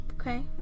Okay